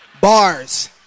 Bars